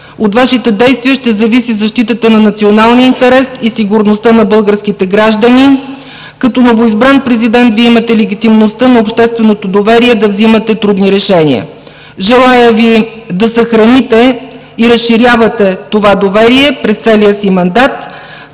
От Вашите действия ще зависи защитата на националния интерес и сигурността на българските граждани. Като новоизбран президент, Вие имате легитимността на общественото доверие да взимате трудни решения. Желая Ви да съхраните и разширявате това доверие през целия си мандат.